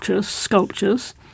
sculptures